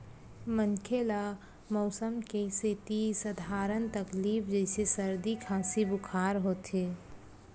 मनखे ल मउसम के सेती सधारन तकलीफ जइसे सरदी, खांसी, बुखार होथे